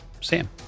Sam